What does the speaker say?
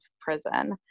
prison